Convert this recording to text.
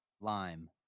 Lime